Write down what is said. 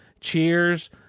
cheers